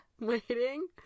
Waiting